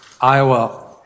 Iowa